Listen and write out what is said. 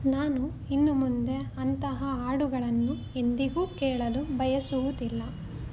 ನಾನು ಇನ್ನು ಮುಂದೆ ಅಂತಹ ಹಾಡುಗಳನ್ನು ಎಂದಿಗೂ ಕೇಳಲು ಬಯಸುವುದಿಲ್ಲ